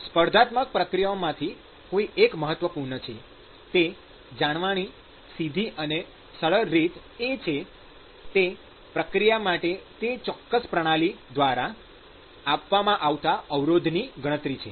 સ્પર્ધાત્મક પ્રક્રિયાઓમાંથી કઈ એક મહત્વપૂર્ણ છે તે જાણવાની સીધી અને સરળ રીત એ તે પ્રક્રિયા માટે તે ચોક્કસ પ્રણાલી દ્વારા આપવામાં આવતા અવરોધની ગણતરી છે